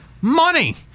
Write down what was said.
money